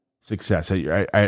success